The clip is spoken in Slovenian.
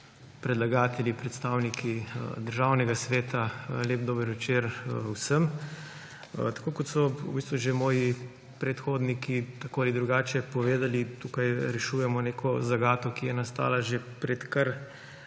predlagatelji, predstavniki Državnega sveta, lep dober večer vsem! Tako kot so v bistvu že moji predhodniki tako ali drugače povedali, tukaj rešujemo neko zagato, ki je nastala pred kar